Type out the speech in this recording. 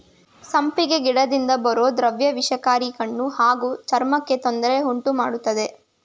ಸಂಪಿಗೆ ಗಿಡದಿಂದ ಬರೋ ದ್ರವ ವಿಷಕಾರಿ ಕಣ್ಣು ಹಾಗೂ ಚರ್ಮಕ್ಕೆ ತೊಂದ್ರೆ ಉಂಟುಮಾಡ್ತದೆ